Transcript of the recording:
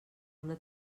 una